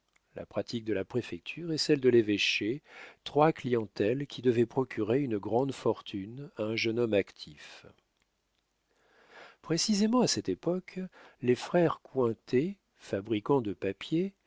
la pratique de la préfecture et celle de l'évêché trois clientèles qui devaient procurer une grande fortune à un jeune homme actif précisément à cette époque les frères cointet fabricants de papiers